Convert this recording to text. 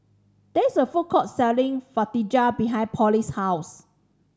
there is a food court selling Fajitas behind Polly's house